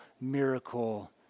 miracle